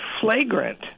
flagrant